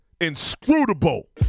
inscrutable